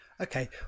Okay